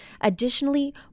Additionally